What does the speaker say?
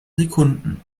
sekunden